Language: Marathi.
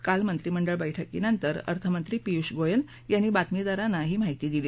काल मंत्रिमंडळ बैठकीनंतर अर्थमंत्री पियुष गोयल यांनी बातमीदारांना ही माहिती दिली